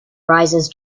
rises